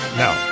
now